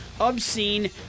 obscene